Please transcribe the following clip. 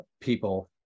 people